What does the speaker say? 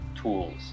tools